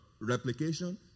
replication